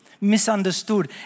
misunderstood